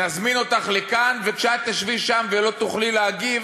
נזמין אותך לכאן, וכשאת תשבי שם ולא תוכלי להגיב,